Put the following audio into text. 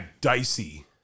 dicey